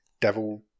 devil